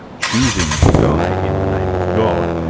choosing to die in the name of god,